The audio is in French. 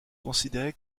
considéré